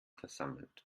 versammelt